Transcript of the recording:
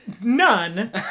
None